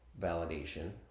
validation